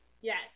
Yes